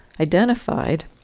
identified